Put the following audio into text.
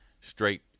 straight